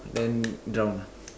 then drown ah